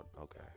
Okay